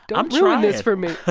don't yeah ruin this for me, ah